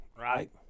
right